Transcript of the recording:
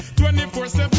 24-7